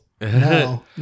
No